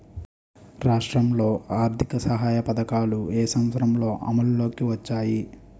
రాష్ట్రంలో ఆర్థిక సహాయ పథకాలు ఏ సంవత్సరంలో అమల్లోకి వచ్చాయి?